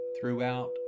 throughout